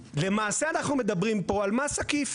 למעשה אנחנו מדברים פה על מס עקיף,